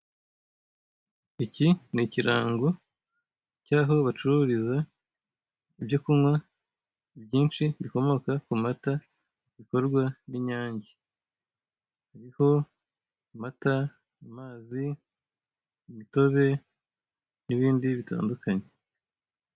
Iki ni ikirango cy'aho bacururiza ibyo kunywa byinshi bikomoka ku mata bikorwa n'inyange. Hariho amata, amazi, imitobe n'ibindi bitandukanye.